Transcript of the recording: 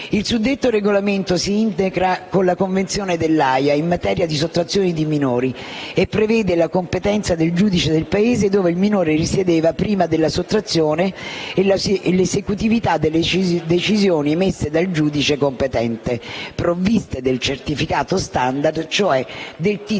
Il suddetto regolamento si integra con la Convenzione dell'Aja in materia di sottrazione di minori e prevede la competenza del giudice del Paese dove il minore risiedeva prime della sottrazione e l'esecutività delle decisioni emesse dal giudice competente provviste del certificato *standard*, cioè del titolo